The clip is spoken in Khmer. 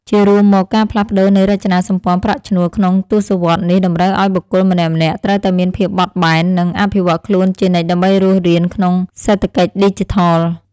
ជារួមមក ការផ្លាស់ប្តូរនៃរចនាសម្ព័ន្ធប្រាក់ឈ្នួលក្នុងទសវត្សរ៍នេះតម្រូវឱ្យបុគ្គលម្នាក់ៗត្រូវតែមានភាពបត់បែន និងអភិវឌ្ឍខ្លួនជានិច្ចដើម្បីរស់រានក្នុងសេដ្ឋកិច្ចឌីជីថល។